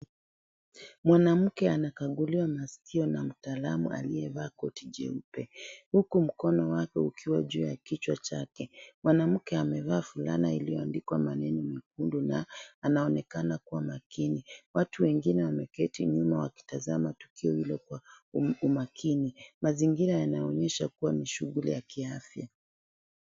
Mwanamke anagakuliwa masikio na mtaalamu aliyevaa koti jeupe. Huku mkono wake ukiwa juu ya kichwa chake, mwanamke amevaa fulana iliyoandikwa maneno mekundu na anaonekana kuwa makini. Watu wengine wameketi nyuma wakitazama tukio hilo kwa umakini. Mazingira yanaonyesha kuwa ni shughuli ya kiafya.